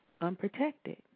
unprotected